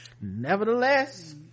nevertheless